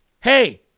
Hey